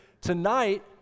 Tonight